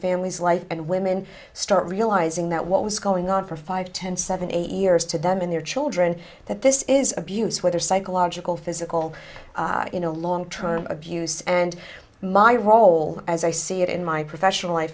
family's life and women start realizing that what was going on for five ten seven eight years to them in their children that this is abuse whether psychological physical you know long term abuse and my role as i see it in my professional life